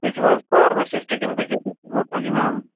تُہۍ چھُچ حظ فارٕمِسِسٹ کِنہٕ تُہۍ چھُو ڈِسٹِرٛبیٛوٗٹَر جِناب